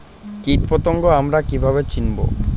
কীটপতঙ্গ আমরা কীভাবে চিনব?